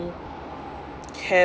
can